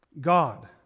God